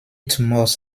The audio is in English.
tumors